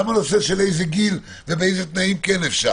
גם הנושאים של איזה גיל ובאילו תנאים כן אפשר